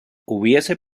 hubiese